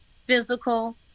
physical